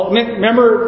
Remember